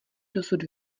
dosud